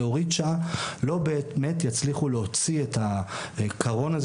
להוריד שעה לא באמת תצליח להוציא את הקרון הזה